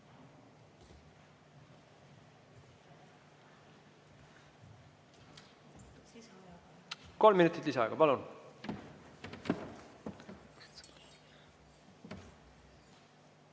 Kolm minutit lisaaega, palun!